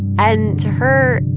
and to her,